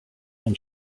own